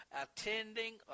attending